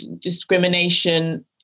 discrimination